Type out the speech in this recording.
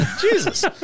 Jesus